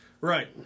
Right